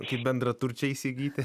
kaip bendraturčiai įsigyti